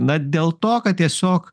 na dėl to kad tiesiog